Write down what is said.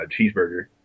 Cheeseburger